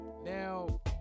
Now